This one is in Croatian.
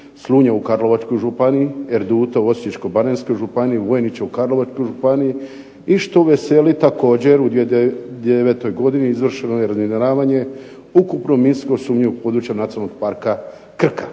Slunja u Karlovačkoj županiji, Erduta u Osječko-baranjskoj županiji, Vojnića u Karlovačkoj županiji i što veseli također u 2009. godini izvršeno je razminiravanje ukupno minsko sumnjivog područja Nacionalnog parka Krka.